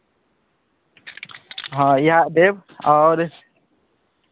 हँ इएह देब आओर